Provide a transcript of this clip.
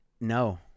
No